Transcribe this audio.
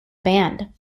band